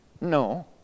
No